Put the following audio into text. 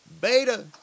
beta